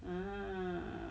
ah